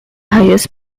highest